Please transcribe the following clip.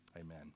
Amen